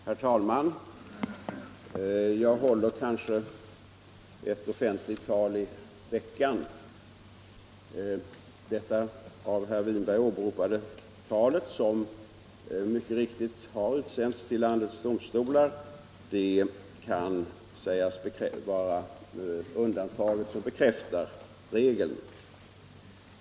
Herr talman! Jag håller kanske ett offentligt tal i veckan. Det av herr Winberg åberopade talet, som mycket riktigt har utsänts till landets domstolar, kan sägas vara undantaget som bekräftar regeln.